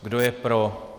Kdo je pro?